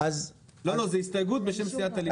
זו הסתייגות בשם סיעת הליכוד.